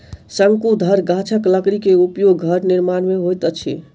शंकुधर गाछक लकड़ी के उपयोग घर निर्माण में होइत अछि